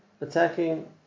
attacking